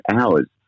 hours